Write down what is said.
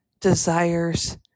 desires